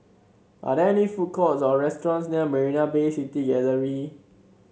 are there any food courts or restaurants near Marina Bay City Gallery